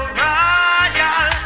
royal